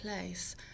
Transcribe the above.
place